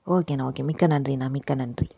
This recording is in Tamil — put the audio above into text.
ஓகேண்ணா ஓகே மிக்க நன்றிண்ணா மிக்க நன்றி